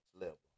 level